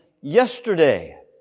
yesterday